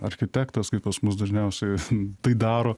architektas kaip pas mus dažniausiai tai daro